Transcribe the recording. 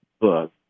book